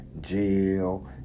jail